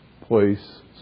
place